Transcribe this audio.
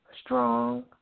strong